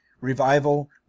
revival